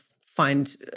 find